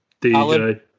DJ